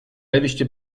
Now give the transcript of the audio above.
jeviště